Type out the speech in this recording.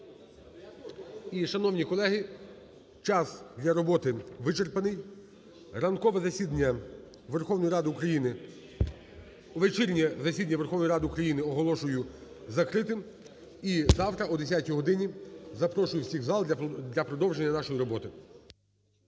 І, шановні колеги, час для роботи вичерпаний. Ранкове засідання України… Вечірнє засідання Верховної Ради України оголошую закритим. І завтра о 10 годині запрошую всіх в зал для продовження нашої роботи.